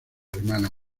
hermana